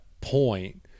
point